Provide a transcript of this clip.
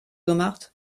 gemacht